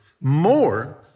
more